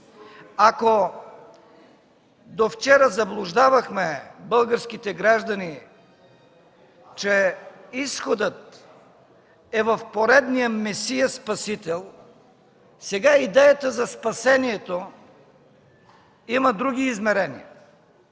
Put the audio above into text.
Ако до вчера заблуждавахме българските граждани, че изходът е в поредния месия-спасител, сега идеята за спасението има други измерения,